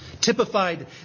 typified